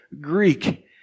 Greek